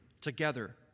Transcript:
together